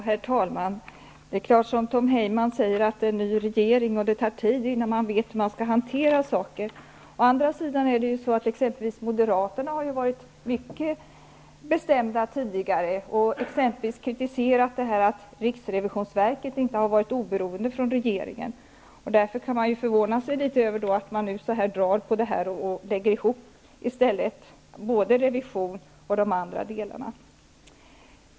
Herr talman! Det är riktigt som Tom Heyman säger att vi har en ny regering och att det tar tid innan man vet hur man skall hantera olika frågor. Men Moderaterna har faktiskt varit mycket bestämda tidigare. De har exempelvis kritiserat att riksrevisionsverket inte har varit oberoende av regeringen. Därför kan man förvåna sig över att de drar på det här och i stället lägger ihop revision med de andra delarna.